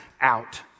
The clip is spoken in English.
out